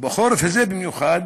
בחורף הזה במיוחד